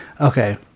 Okay